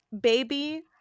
baby